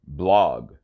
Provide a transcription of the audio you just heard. blog